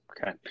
Okay